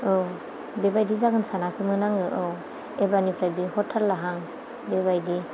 औ बिबायदि जागोन सानाखैमोन आङो औ एबारनिफ्राय बिहरथारला आं बेबायदि